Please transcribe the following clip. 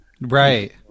Right